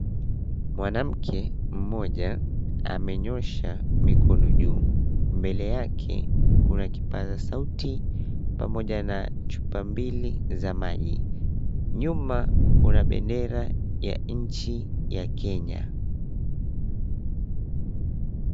Mwanamke mmoja amenyosha mikono juu mbele yake kuna kipaza sauti juu pamoja na chupa mbili za maji. Nyuma kuna bendera ya nchi ya Kenya.